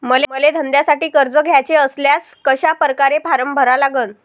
मले धंद्यासाठी कर्ज घ्याचे असल्यास कशा परकारे फारम भरा लागन?